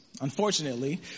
Unfortunately